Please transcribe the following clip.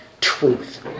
truth